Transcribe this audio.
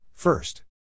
First